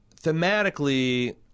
thematically